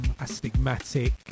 Astigmatic